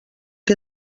que